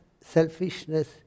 selfishness